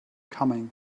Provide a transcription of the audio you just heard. coming